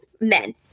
men